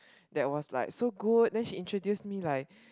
that was like so good then she introduce me like